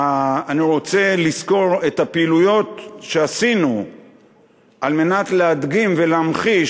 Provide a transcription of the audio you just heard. את הפעילויות שעשינו על מנת להדגים ולהמחיש